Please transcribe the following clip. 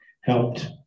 helped